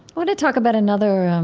want to talk about another